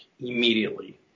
immediately